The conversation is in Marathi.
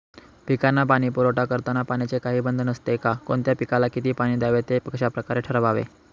पिकांना पाणी पुरवठा करताना पाण्याचे काही बंधन असते का? कोणत्या पिकाला किती पाणी द्यावे ते कशाप्रकारे ठरवावे?